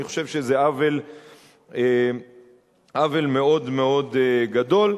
אני חושב שזה עוול מאוד מאוד גדול.